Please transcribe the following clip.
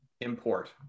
import